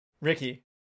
Ricky